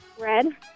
Red